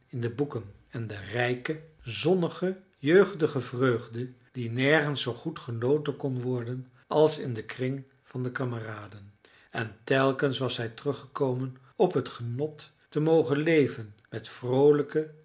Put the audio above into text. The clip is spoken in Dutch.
in de boeken en de rijke zonnige jeugdige vreugde die nergens zoo goed genoten kon worden als in den kring van de kameraden en telkens was hij teruggekomen op het genot te mogen leven met vroolijke